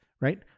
right